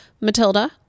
Matilda